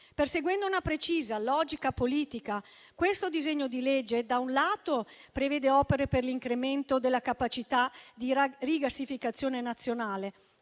Perseguendo una precisa logica politica, questo disegno di legge, da un lato, prevede opere per l'incremento della capacità di rigassificazione nazionale,